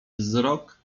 wzrok